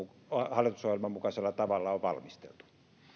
hallitusohjelman mukaisella tavalla on valmisteltu